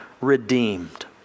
redeemed